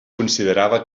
considerava